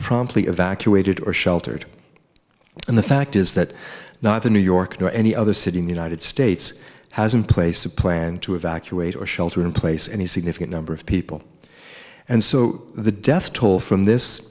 promptly evacuated or sheltered and the fact is that not the new york or any other city in the united states has in place a plan to evacuate or shelter in place any significant number of people and so the death toll from this